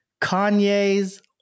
Kanye's